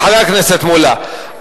חבר הכנסת מולה,